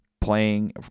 playing